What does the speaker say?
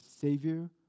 Savior